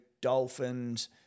Dolphins